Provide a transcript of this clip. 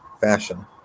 fashion